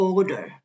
Order